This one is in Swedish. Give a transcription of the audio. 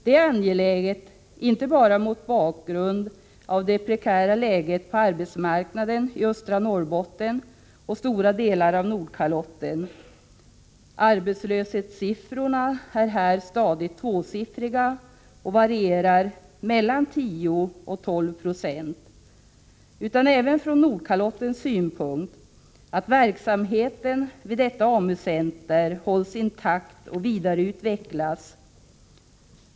Det är angeläget inte bara mot bakgrund av det prekära läget på arbetsmarknaden i östra Norrbotten och stora delar av Nordkalotten — arbetslöshetssiffrorna är här stadigt tvåsiffriga och varierar mellan 10 och 12 96 — utan även från Nordkalottens synpunkt att verksamheten vid detta AMU-center hålls intakt och vidareutvecklas.